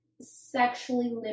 sexually